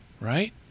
right